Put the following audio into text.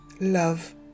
love